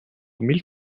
mille